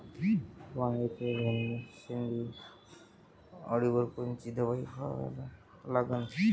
वांग्याच्या शेंडी अळीवर कोनची दवाई फवारा लागन?